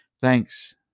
thanks